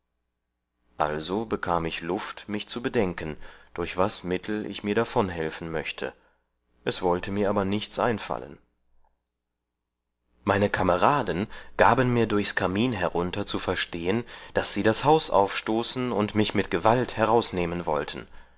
also bekam ich luft mich zu bedenken durch was mittel ich mir davonhelfen möchte es wollte mir aber nichts einfallen meine kameraden gaben mir durchs kamin herunter zu verstehen daß sie das haus aufstoßen und mich mit gewalt herausnehmen wollten